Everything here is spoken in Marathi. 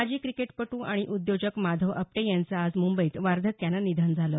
माजी क्रिकेटपटू आणि उद्योजक माधव आपटे यांचं आज मंबईत वार्धक्यानं निधन झालं